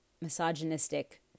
misogynistic